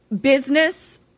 business